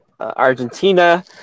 Argentina